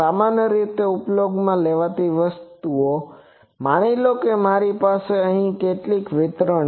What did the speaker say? સામાન્ય રીતે ઉપયોગમાં લેવાતી વસ્તુઓ માની લો કે મારી પાસે અહીં કેટલાક વિતરણ છે